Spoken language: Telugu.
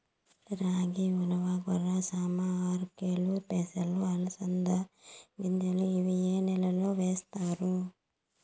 రాగి, ఉలవ, కొర్ర, సామ, ఆర్కెలు, పెసలు, అలసంద గింజలు ఇవి ఏ నెలలో వేస్తారు?